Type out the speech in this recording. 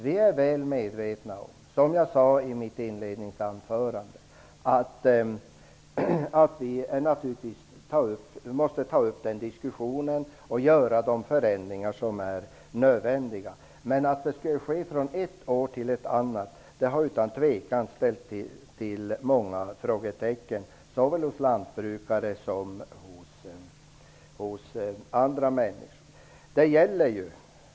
Vi är väl medvetna om, som jag sade i mitt inledningsanförande, att vi naturligtvis måste ta upp diskussionen och göra de förändringar som är nödvändiga. Men att det skulle ske från ett år till ett annat har utan tvekan skapat många frågetecken hos såväl lantbrukare som andra människor.